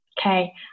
Okay